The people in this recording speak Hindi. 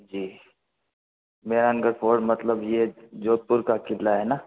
जी मेहरानगढ़ फोर्ट मतलब ये जोधपुर का क़िला है ना